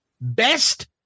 Best